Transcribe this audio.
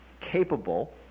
capable